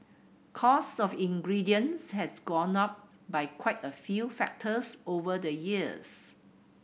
cost of ingredients has gone up by quite a few factors over the years